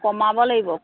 কমাব লাগিব